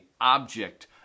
object